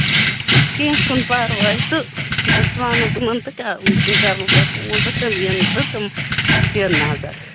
کیٚنٛہہ چھُنہٕ پَرواے تہٕ أسۍ وَنو تِمن تہٕ تِم کَرنو تۄہہِ فون تہٕ تِم یِنۍ تہٕ تِم دِنۍ نَظر